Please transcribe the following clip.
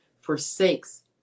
forsakes